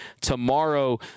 tomorrow